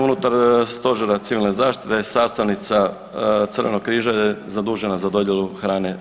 Unutar stožera civilne zaštite sastavnica Crvenog križa je zadužena za dodjelu hrane.